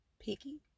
picky